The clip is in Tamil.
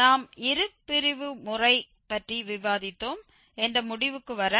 நாம் இருபிரிவு முறை பற்றி விவாதித்தோம் என்ற முடிவுக்கு வர